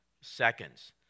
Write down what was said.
seconds